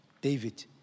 David